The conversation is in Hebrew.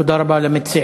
תודה רבה למציעים.